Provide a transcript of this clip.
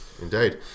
indeed